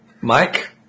Mike